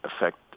affect